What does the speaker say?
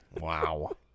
Wow